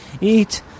eat